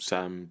Sam